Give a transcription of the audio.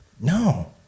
No